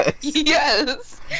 yes